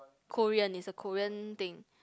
Korean it's a Korean thing